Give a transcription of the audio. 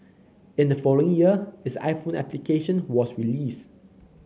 in the following year its iPhone application was released